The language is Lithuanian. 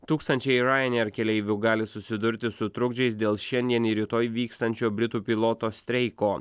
tūkstančiai ryanair keleivių gali susidurti su trukdžiais dėl šiandien rytoj vykstančio britų piloto streiko